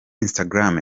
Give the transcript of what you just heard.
instagram